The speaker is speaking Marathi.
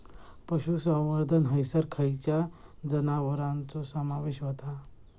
पशुसंवर्धन हैसर खैयच्या जनावरांचो समावेश व्हता?